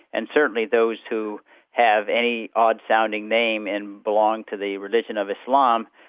and certainly those who have any odd-sounding name and belonging to the religion of islam,